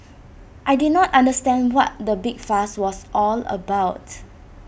and I did not understand what the big fuss was all about